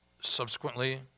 Subsequently